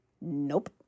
Nope